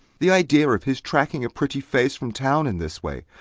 the idea of his tracking a pretty face from town in this way!